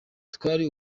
twari